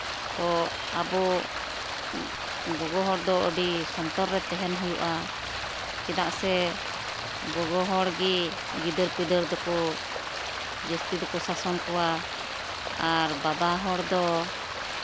ᱛᱚ ᱟᱵᱚ ᱜᱚᱜᱚ ᱦᱚᱲ ᱫᱚ ᱟᱹᱰᱤ ᱥᱚᱱᱛᱚᱨ ᱨᱮ ᱛᱟᱦᱮᱱ ᱦᱩᱭᱩᱜᱼᱟ ᱪᱮᱫᱟᱜ ᱥᱮ ᱜᱚᱜᱚ ᱦᱚᱲᱜᱮ ᱜᱤᱫᱟᱹᱨ ᱯᱤᱫᱟᱹᱨ ᱫᱚᱠᱚ ᱡᱟᱹᱥᱛᱤ ᱫᱚᱠᱚ ᱥᱟᱥᱚᱱ ᱠᱚᱣᱟ ᱟᱨ ᱵᱟᱵᱟ ᱦᱚᱲᱫᱚ